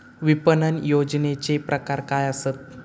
विपणन नियोजनाचे प्रकार काय आसत?